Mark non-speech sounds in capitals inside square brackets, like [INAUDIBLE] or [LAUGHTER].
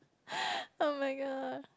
[LAUGHS] oh-my-god